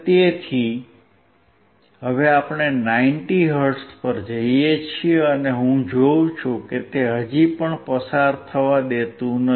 તેથી હવે આપણે 90 હર્ટ્ઝ પર જઈએ છીએ અને હું જોઉં છું કે તે હજી પણ પસાર થવા દેતું નથી